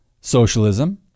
socialism